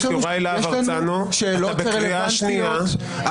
יש לנו שאלות רלוונטיות.